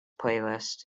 playlist